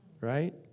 right